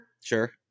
sure